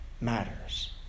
matters